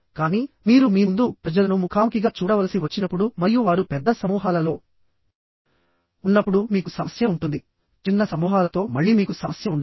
కానీ మీరు మీ ముందు ప్రజలను ముఖాముఖిగా చూడవలసి వచ్చినప్పుడు మరియు వారు పెద్ద సమూహాలలో ఉన్నప్పుడు మీకు సమస్య ఉంటుంది చిన్న సమూహాలతో మళ్ళీ మీకు సమస్య ఉండదు